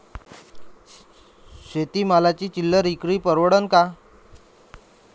शेती मालाची चिल्लर विक्री परवडन का?